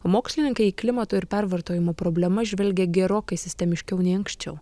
mokslininkai į klimato ir pervartojimo problemas žvelgia gerokai sistemiškiau nei anksčiau